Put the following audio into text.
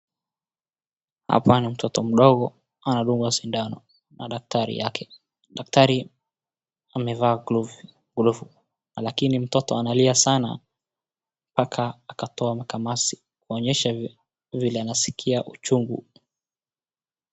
Hapa ni mtoto mdogo, anadungwa sindano, na daktari yake, daktari amevaa glovu, lakini mtoto analia sana mpaka akatoa makamasi, kuonyesha vile anaskia uchungu.